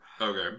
Okay